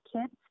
kids